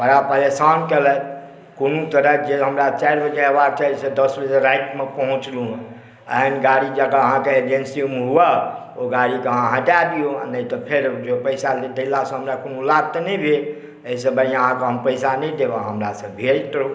बड़ा परेशान केलथि कोनो तरहे जे हमरा चारि बजय अयबाक चाही से दस बजे रातिमे पहुँचलहुँ एहन गाड़ी जँ अहाँके एजेंसियो मे हुए तँ ओकरा हटा दियौ नहि तऽ फेर जँ पैसा दएला सँ हमरा कोनो लाभ तऽ नहि भेल एहिसँ बढ़िऑं अहाँके हम पैसा नहि देब अहाँ हमरासॅं भिड़ैत रहू